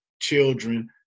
children